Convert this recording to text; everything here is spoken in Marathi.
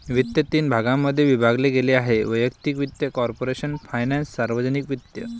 वित्त तीन भागांमध्ये विभागले गेले आहेः वैयक्तिक वित्त, कॉर्पोरेशन फायनान्स, सार्वजनिक वित्त